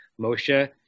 Moshe